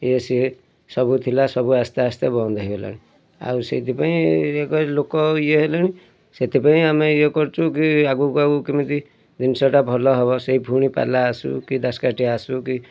ଇଏ ସିଏ ସବୁ ଥିଲା ସବୁ ଆସ୍ତେ ଆସ୍ତେ ବନ୍ଦ ହୋଇଗଲାଣି ଆଉ ସେଇଥିପାଇଁ ଲୋକ ଇଏ ହେଲେଣି ସେଇଥିପାଇଁ ଆମେ ଇଏ କରୁଛୁ କି ଆଗକୁ ଆଗକୁ କେମିତି ଜିନିଷଟା ଭଲ ହେବ ସେ ପୁଣି ପାଲା ଆସୁ କି ଦାସ୍ କାଠିଆ ଆସୁ କି